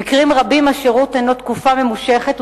במקרים רבים השירות הוא תקופה ממושכת,